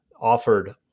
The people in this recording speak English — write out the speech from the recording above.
offered